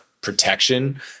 protection